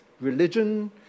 religion